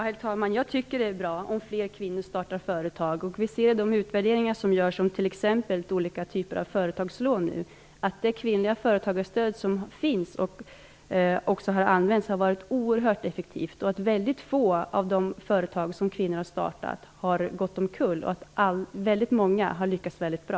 Herr talman! Jag tycker att det vore bra om fler kvinnor startar företag. Det görs nu flera utvärderingar om t.ex. olika typer av företagslån. Det kvinnliga företagarstöd som finns och som har använts har varit oerhört effektivt. Det är mycket få av de företag som kvinnor har startat som har gått omkull. Väldigt många har lyckats väldigt bra.